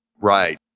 Right